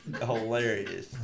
Hilarious